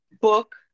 book